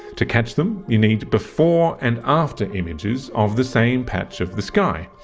to catch them you need before and after images of the same patch of the sky.